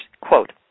quote